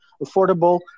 affordable